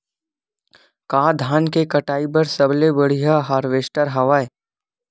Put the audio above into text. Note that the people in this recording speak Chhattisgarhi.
का धान के कटाई बर सबले बढ़िया हारवेस्टर हवय?